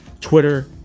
Twitter